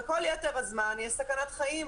וכל יתר הזמן יש סכנת חיים,